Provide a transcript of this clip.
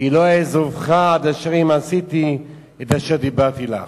כי לא אעזבך עד אשר אם עשיתי את אשר דברתי לך".